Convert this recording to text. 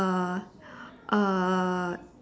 uh uh